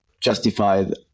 justified